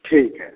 ठीक है